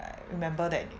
remember that